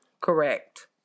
Correct